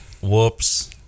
Whoops